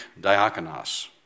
diakonos